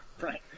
Right